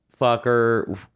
fucker